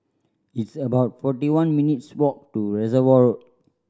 it's about forty one minutes' walk to Reservoir